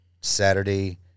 Saturday